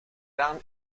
larmes